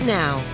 now